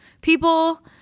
people